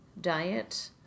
diet